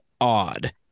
odd